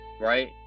Right